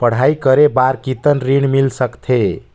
पढ़ाई करे बार कितन ऋण मिल सकथे?